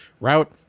route